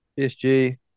PSG